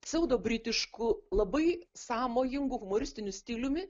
psiaudobritišku labai sąmojingu humoristiniu stiliumi